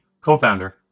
co-founder